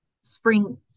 spring